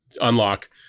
unlock